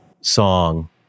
song